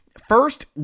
first